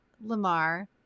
Lamar